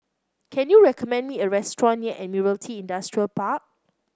can you recommend me a restaurant near Admiralty Industrial Park